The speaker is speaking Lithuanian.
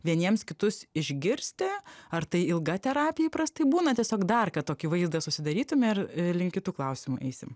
vieniems kitus išgirsti ar tai ilga terapija įprastai būna tiesiog dar kad tokį vaizdą susidarytume ir link kitų klausimų eisim